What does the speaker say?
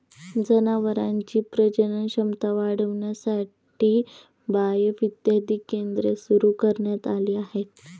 जनावरांची प्रजनन क्षमता वाढविण्यासाठी बाएफ इत्यादी केंद्रे सुरू करण्यात आली आहेत